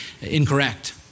incorrect